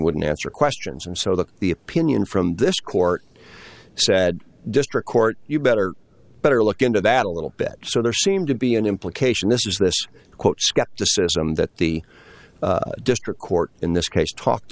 wouldn't answer questions and so that the opinion from this court said district court you better better look into that a little bit so there seemed to be an implication this was this quote skepticism that the district court in this case talked